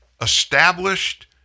established